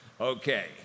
Okay